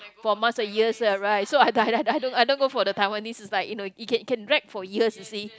for months or years ya right so I I I don't I don't go for the Taiwanese it's like you know it can it can drag for years you see